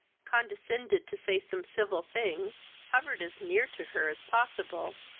condescended to say some civil things, hovered as near to her as possible,